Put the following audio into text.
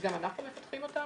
וגם אנחנו מפתחים אותם,